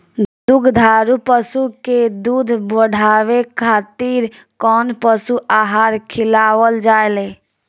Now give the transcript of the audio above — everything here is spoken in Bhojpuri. दुग्धारू पशु के दुध बढ़ावे खातिर कौन पशु आहार खिलावल जाले?